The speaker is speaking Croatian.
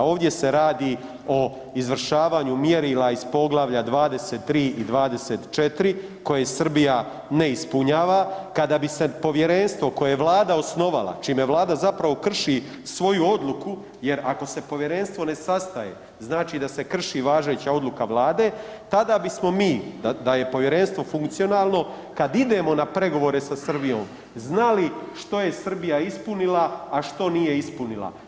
Ovdje se radi o izvršavanju mjerila iz Poglavlja 23. i 24. koje Srbija ne ispunjava, kada bi se povjerenstvo koje je Vlada osnovala, čime Vlada zapravo krši svoju odluku, jer ako se povjerenstvo ne sastaje, znači da se krši važeća odluka Vlade, tada bismo mi da je povjerenstvo funkcionalno, kad idemo na pregovore sa Srbijom znali što je Srbija ispunila, a što nije ispunila.